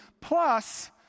plus